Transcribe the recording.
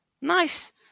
Nice